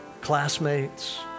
classmates